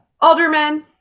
aldermen